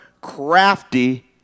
crafty